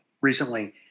recently